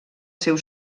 seu